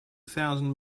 thousand